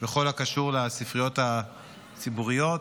בכל הקשור לספריות הציבוריות,